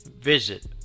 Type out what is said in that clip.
visit